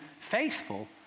faithful